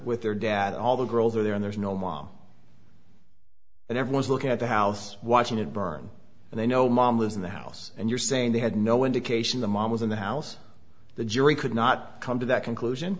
with their dad all the girls are there and there's no mom and everyone's looking at the house watching it burn and they know mom was in the house and you're saying they had no indication the mom was in the house the jury could not come to that conclusion